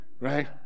right